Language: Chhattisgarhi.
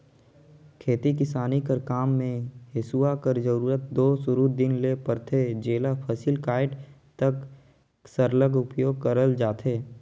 खेती किसानी कर काम मे हेसुवा कर जरूरत दो सुरू दिन ले ही परथे जेला फसिल कटाए तक सरलग उपियोग करल जाथे